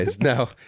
no